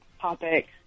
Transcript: topic